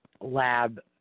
lab